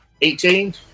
Eighteen